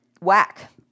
whack